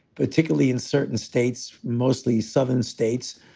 particularly in certain states, mostly southern states,